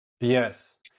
Yes